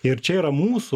ir čia yra mūsų